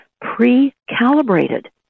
pre-calibrated